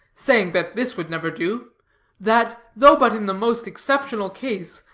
saying, that this would never do that, though but in the most exceptional case,